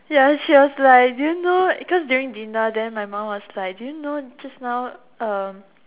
ya she was like do you know cause during dinner then my mum was like do you know just now um